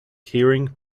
hearing